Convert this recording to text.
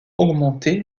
augmenté